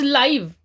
live